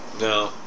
no